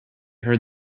heard